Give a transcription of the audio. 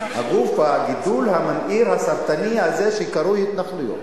הגידול הממאיר הסרטני הזה שקרוי התנחלויות,